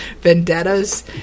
vendettas